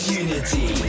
unity